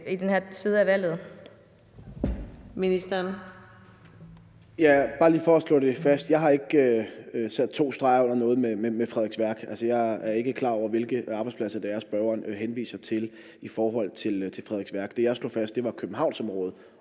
og landdistrikter (Morten Dahlin): Bare lige for at slå det fast vil jeg sige, at jeg ikke har sat to streger under noget med Frederiksværk. Altså, jeg er ikke klar over, hvilke arbejdspladser det er, spørgeren henviser til i forhold til Frederiksværk. Det, jeg slog fast, var, at det var Københavnsområdet.